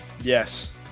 yes